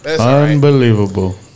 Unbelievable